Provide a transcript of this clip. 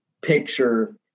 picture